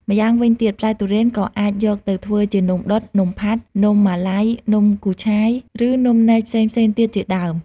ម្យ៉ាងវិញទៀតផ្លែទុរេនក៏អាចយកទៅធ្វើជានំដុត នំផាត់ នំម៉ាឡៃ នំគូឆាយ ឬនំនែកផ្សេងៗទៀតជាដើម។